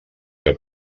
que